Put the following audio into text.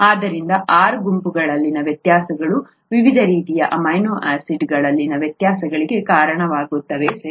ಆದ್ದರಿಂದ R ಗುಂಪುಗಳಲ್ಲಿನ ವ್ಯತ್ಯಾಸಗಳು ವಿವಿಧ ರೀತಿಯ ಅಮೈನೋ ಆಸಿಡ್ಗಳಲ್ಲಿನ ವ್ಯತ್ಯಾಸಗಳಿಗೆ ಕಾರಣವಾಗುತ್ತವೆ ಸರಿ